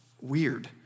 weird